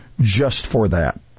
just-for-that